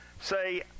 say